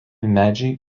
medžiai